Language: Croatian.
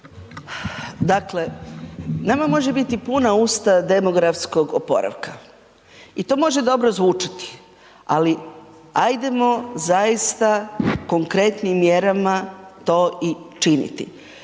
Dakle, nama može biti puna usta demografskog oporavka. I to može dobro zvučati ali ajdemo zaista konkretnim mjerama to i činiti.